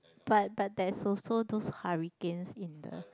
but but there's also those hurricanes in the